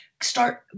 start